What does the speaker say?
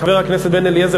חבר הכנסת בן-אליעזר,